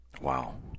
Wow